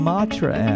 Matra